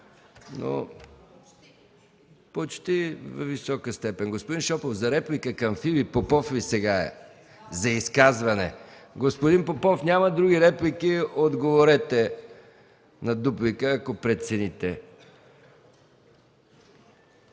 ... Почти висока степен. Господин Шопов, за реплика към Филип Попов ли? За изказване. Господин Попов, няма други реплики. Отговорете на дуплика, ако прецените.